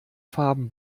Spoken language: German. farben